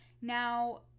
Now